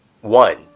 one